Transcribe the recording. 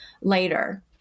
later